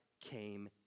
came